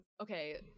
okay